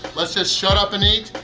let's just shut up and eat.